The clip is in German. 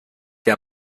der